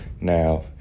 now